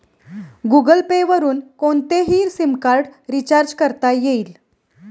Google Pay वरुन कोणतेही sim card recharge करता येईल